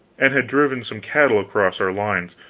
and had driven some cattle across our lines,